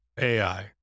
AI